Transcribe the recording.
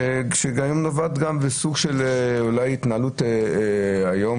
אני חושב שזה גם סוג של התנהלות אזרחית